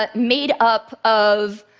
ah made up of